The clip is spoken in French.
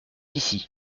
ici